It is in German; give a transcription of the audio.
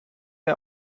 wir